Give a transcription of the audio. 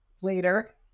later